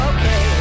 Okay